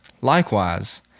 Likewise